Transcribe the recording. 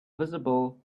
visible